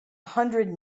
hundred